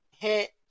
Hit